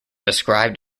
described